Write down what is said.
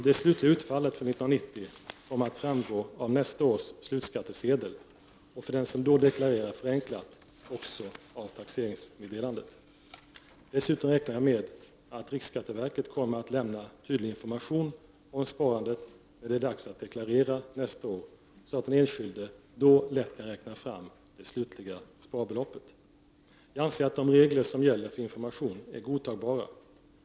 Det slutliga utfallet för 1990 kommer att framgå av nästa års slutskattesedel, och för den som då deklarerar förenklat också av taxeringsmeddelandet. Dessutom räknar jag med att riksskatteverket kommer att lämna tydlig informaiton om sparandet när det är dags att deklarera nästa år, så att den enskilde då lätt kan räkna fram det slutliga sparbeloppet. Jag anser att de regler som gäller för information är godtagbara.